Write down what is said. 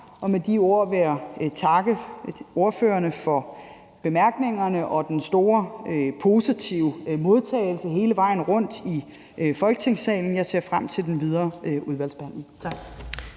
Med de ord vil jeg takke ordførerne for bemærkningerne og den meget positive modtagelse hele vejen rundt i Folketingssalen. Jeg ser frem til den videre udvalgsbehandling.